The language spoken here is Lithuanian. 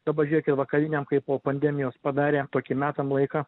dabar žiūrėkit vakariniam kai po pandemijos padarė tokį metam laiką